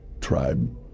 tribe